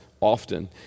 often